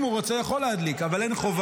אם הוא רוצה, יכול להדליק, אבל אין חובה.